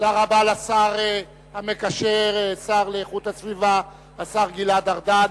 תודה רבה לשר המקשר, השר לאיכות הסביבה גלעד ארדן.